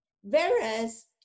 whereas